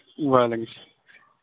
وعلیکم